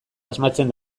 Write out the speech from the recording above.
asmatzen